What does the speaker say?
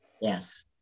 yes